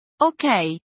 Okay